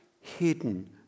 hidden